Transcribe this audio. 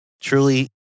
truly